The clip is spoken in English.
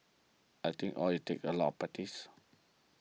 I think all it takes a lot practice